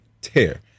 tear